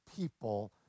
people